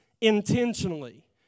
intentionally